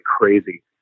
crazy